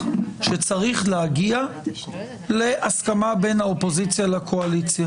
שצריך להגיע להסכמה בין האופוזיציה לקואליציה,